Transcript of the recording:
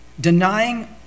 denying